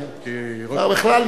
בכלל,